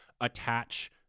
attach